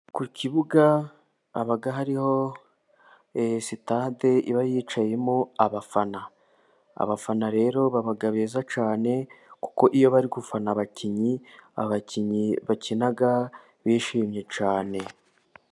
Ku kibuga haba hariho sitade iba yicayemo abafana. Abafana rero baba beza cyane, kuko iyo bari gufana abakinnyi, abakinnyi bakina bishimye cyane.